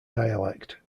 dialect